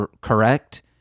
correct